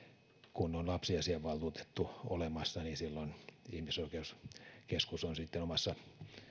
kun on lapsiasiavaltuutettu olemassa niin silloin ihmisoikeuskeskus on sitten omassa